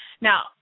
Now